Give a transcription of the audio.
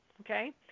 okay